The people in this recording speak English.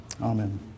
Amen